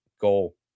goal